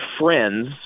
friends